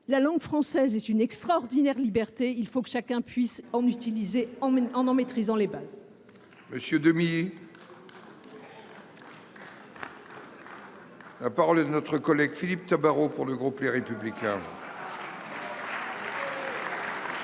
La langue française est une extraordinaire liberté ; il faut que chacun puisse l’utiliser en en maîtrisant les bases.